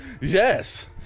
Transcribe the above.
Yes